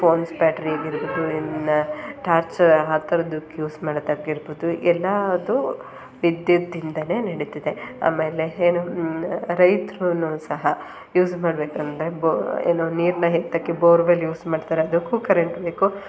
phones battery ಆಗಿರ್ಬೌದು ಇನ್ನು torch ಆ ಥರದ್ದು ಯೂಸ್ ಮಾಡೋದಾಗಿರ್ಬೌದು ಎಲ್ಲದೂ ವಿದ್ಯುತ್ತಿಂದಲೇ ನಡೀತಿದೆ ಆಮೇಲೆ ಏನು ರೈತ್ರೂ ಸಹ ಯೂಸ್ ಮಾಡ್ಬೇಕಂದರೆ ಬೋ ಏನು ನೀರನ್ನ ಎತ್ತಕ್ಕೆ ಬೋರ್ವೆಲ್ ಯೂಸ್ ಮಾಡ್ತಾರೆ ಅದಕ್ಕೂ ಕರೆಂಟ್ ಬೇಕು